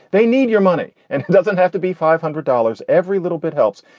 they need your money and it doesn't have to be five hundred dollars. every little bit helps.